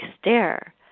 stare